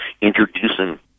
introducing